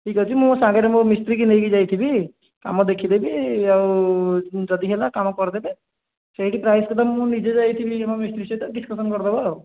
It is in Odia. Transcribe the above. ଠିକ୍ ଅଛି ମୁଁ ସାଙ୍ଗରେ ମୋ ମିସ୍ତ୍ରୀକୁ ନେଇକି ଯାଇ ଥିବି କାମ ଦେଖି ଦେବି ଆଉ ଯଦି ହେଲା କାମ କରିଦେବି ସେଇଠି ପ୍ରାଇସ୍ କଥା ମୁଁ ନିଜେ ଯାଇଥିବି ମୋ ମିସ୍ତ୍ରୀ ସହିତ ଡିସ୍କସନ୍ କରି ଦେବା ଆଉ